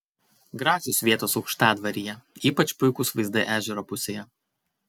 gražios vietos aukštadvaryje ypač puikūs vaizdai ežero pusėje